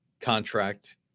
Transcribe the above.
contract